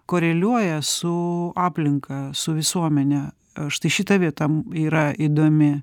koreliuoja su aplinka su visuomene a štai šita vieta am yra įdomi